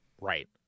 Right